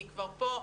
כי כבר פה,